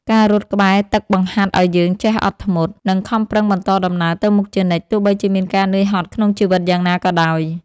ការរត់ក្បែរទឹកបង្ហាត់ឱ្យយើងចេះអត់ធ្មត់ និងខំប្រឹងបន្តដំណើរទៅមុខជានិច្ច ទោះបីជាមានការនឿយហត់ក្នុងជីវិតយ៉ាងណាក៏ដោយ។